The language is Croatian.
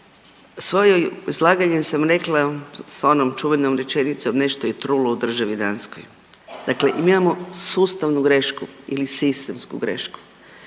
svojem izlaganju sam rekla s onom čuvenom rečenicom „nešto je trulo u državi Danskoj“, dakle mi imamo sustavnu grešku ili sistemsku grešku